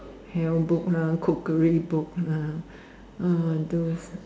hell book lah cookery books lah ah those